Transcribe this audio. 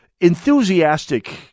enthusiastic